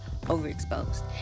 overexposed